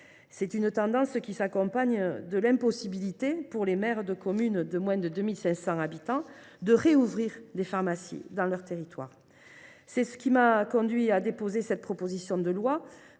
Cette tendance s’accompagne de l’impossibilité, pour les maires de commune de moins de 2 500 habitants, de rouvrir des pharmacies dans leurs territoires. J’ai donc décidé de déposer cette proposition de loi